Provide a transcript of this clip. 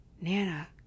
Nana